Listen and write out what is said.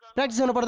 accidental but